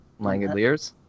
Langoliers